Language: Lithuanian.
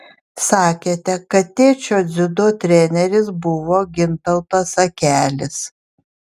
sakėte kad tėčio dziudo treneris buvo gintautas akelis